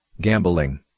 gambling